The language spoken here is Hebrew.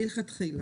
מלכתחילה.